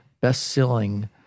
best-selling